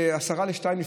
ב-01:50,